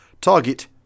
Target